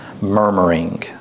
murmuring